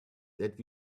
that